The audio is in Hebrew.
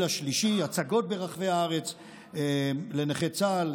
השלישי: הצגות ברחבי הארץ לנכי צה"ל,